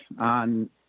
on